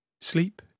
Sleep